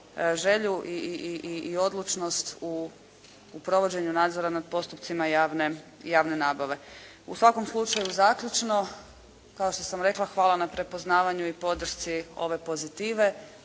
želju i odlučnost u provođenju nadzora nad postupcima javne nabave. U svakom slučaju zaključno kao što sam rekla hvala na prepoznavanju i podršci ove pozitive.